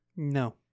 No